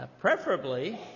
preferably